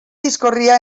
discorria